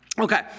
Okay